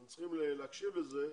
אנחנו צריכים להקשיב לזה,